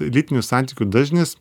lytinių santykių dažnis